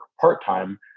part-time